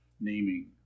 naming